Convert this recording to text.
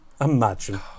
Imagine